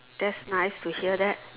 that's nice to hear that